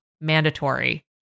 mandatory